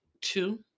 Two